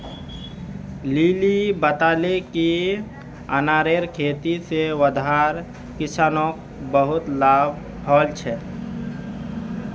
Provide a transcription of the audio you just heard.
lily बताले कि अनारेर खेती से वर्धार किसानोंक बहुत लाभ हल छे